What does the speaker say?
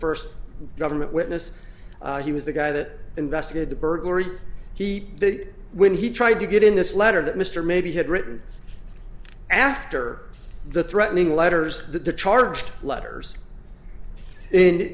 first government witness he was the guy that investigated the burglary he did when he tried to get in this letter that mr maybe had written after the threatening letters that the charged letters in